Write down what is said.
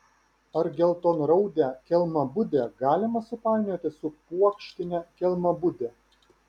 ar geltonraudę kelmabudę galima supainioti su puokštine kelmabude